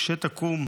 כשתקום,